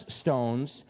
stones